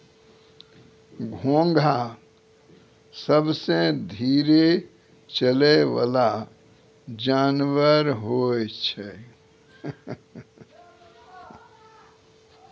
घोंघा सबसें धीरे चलै वला जानवर होय छै